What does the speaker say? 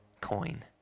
coin